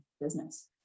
business